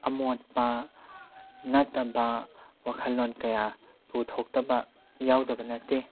ꯑꯃꯣꯠꯄ ꯅꯠꯇꯕ ꯋꯥꯈꯜꯂꯣꯟ ꯀꯌꯥ ꯄꯨꯊꯣꯛꯇꯕ ꯌꯥꯎꯗꯕ ꯅꯠꯇꯦ